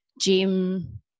gym